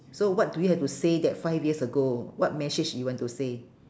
so what do you have to say that five years ago what message you want to say